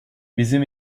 bizim